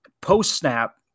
post-snap